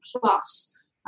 plus